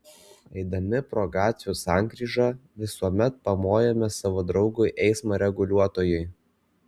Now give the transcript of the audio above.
eidami pro gatvių sankryžą visuomet pamojame savo draugui eismo reguliuotojui